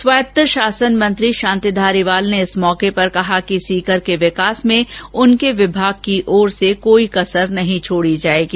स्वायत्त शासन मंत्री शांति धारीवाल ने इस मौके पर कहा कि सीकर के विकास में उनके विभाग की ओर से कोई कमी नहीं छोड़ी जाएगी